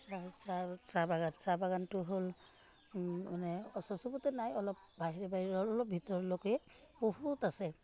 চাহ বাগান চাহ বাগানটো হ'ল মানে ওচৰৰ চবতে নাই অলপ বাহিৰে বাহিৰৰ অলপ ভিতৰলৈকে বহুত আছে